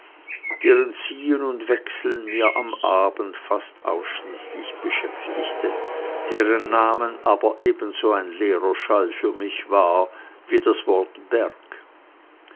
ziehen und wechseln mich am abend fast ausschließlich beschäftigte deren name aber ebenso ein leerer schall für mich war wie das wort berg